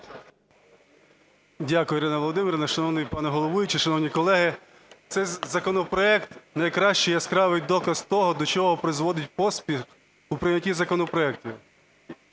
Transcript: Дякую, Ірино Володимирівно. Шановний пане головуючий, шановні колеги, цей законопроект найкращий, яскравий доказ того, до чого призводить поспіх у прийнятті законопроектів.